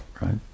right